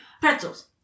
Pretzels